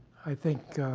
i think